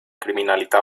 criminalità